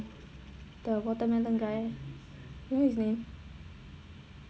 the watermelon guy forgot his name